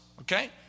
Okay